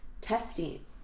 testing